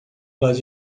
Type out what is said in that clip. lado